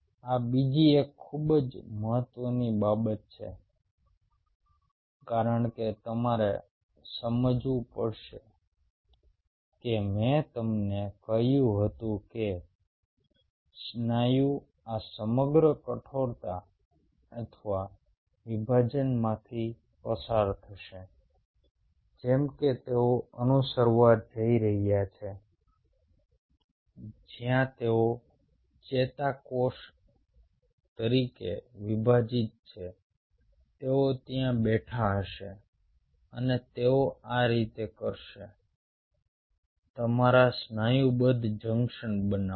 આ બીજી એક ખૂબ જ મહત્વની બાબત છે કારણ કે તમારે સમજવું પડશે કે મેં તમને કહ્યું હતું કે સ્નાયુ આ સમગ્ર કઠોરતા અથવા વિભાજનમાંથી પસાર થશે જેમ કે તેઓ અનુસરવા જઈ રહ્યા છે જ્યાં તેઓ ચેતાકોષ તરીકે વિભાજીત છે તેઓ ત્યાં બેઠા હશે અને તેઓ આ રીતે કરશે તમારા સ્નાયુબદ્ધ જંકશન બનાવો